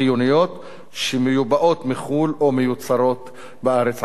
חיוניות שמיובאות מחו"ל או מיוצרות בארץ.